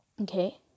Okay